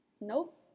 Nope